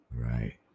Right